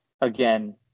again